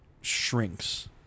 shrinks